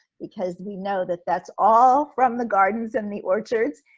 because we know that that's all from the gardens and the orchards,